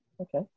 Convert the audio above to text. Okay